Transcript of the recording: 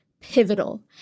pivotal